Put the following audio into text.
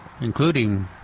Including